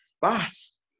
fast